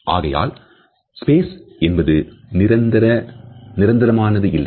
ஆகையால் ஸ்பேஸ் என்பது நிரந்த நிரந்தரமானது இல்லை